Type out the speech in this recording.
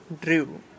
Drew